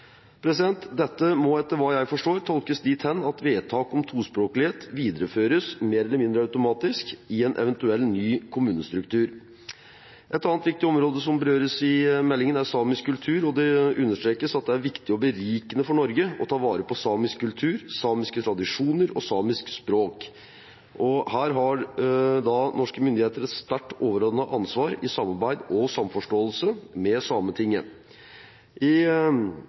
Dette må etter hva jeg forstår, tolkes dit hen at vedtak om tospråklighet videreføres mer eller mindre automatisk i en eventuell ny kommunestruktur. Et annet viktig område som berøres i meldingen, er samisk kultur. Det understrekes at det er viktig og berikende for Norge å ta vare på samisk kultur, samiske tradisjoner og samisk språk. Her har norske myndigheter et sterkt overordnet ansvar i samarbeid og samforståelse med Sametinget. I